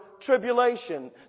tribulation